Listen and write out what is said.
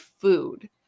food